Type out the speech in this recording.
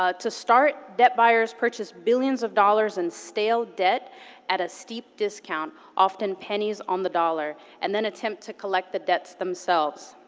ah to start, debt buyers purchase billions of dollars in stale debt at a steep discount, often pennies on the dollar, and then attempt to collect the debts themselves.